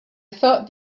thought